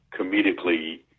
comedically